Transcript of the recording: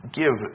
give